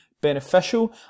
beneficial